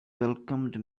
welcomed